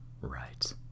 right